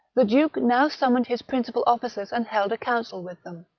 the duke now summoned his principal officers and held a council with them.